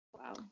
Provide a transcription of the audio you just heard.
wow